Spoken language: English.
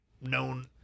known